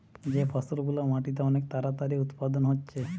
যে ফসল গুলা মাটিতে অনেক তাড়াতাড়ি উৎপাদন হচ্ছে